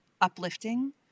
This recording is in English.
uplifting